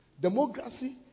Democracy